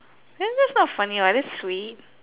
then that's not funny [what] that's sweet